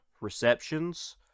receptions